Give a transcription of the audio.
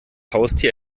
haustier